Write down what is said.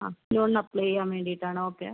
അ ലോണിന് അപ്ലൈ ചെയ്യാൻ വേണ്ടിയിട്ടാണ് ഓക്കെ